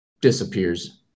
disappears